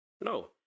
No